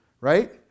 right